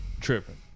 Tripping